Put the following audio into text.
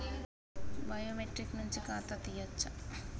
Biometric నుంచి ఖాతా తీయచ్చా?